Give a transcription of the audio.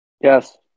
Yes